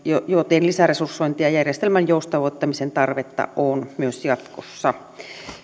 joten lisäresursointi ja järjestelmän joustavoittamisen tarvetta on myös jatkossa